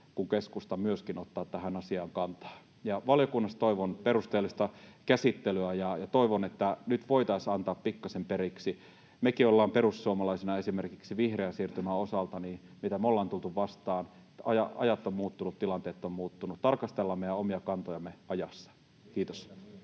kuin keskustan edustajat myöskin ottaa tähän asiaan kantaa? Valiokunnassa toivon perusteellista käsittelyä ja toivon, että nyt voitaisiin antaa pikkasen periksi. Mekin ollaan perussuomalaisina esimerkiksi vihreän siirtymän osalta tultu vastaan. Ajat ovat muuttuneet, tilanteet ovat muuttuneet. Tarkastellaan meidän omia kantojamme ajassa. — Kiitos.